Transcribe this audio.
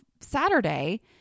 Saturday